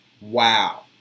Wow